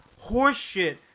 horseshit